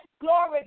glory